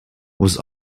was